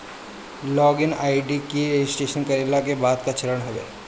log in ID registration कईला के बाद कअ चरण हवे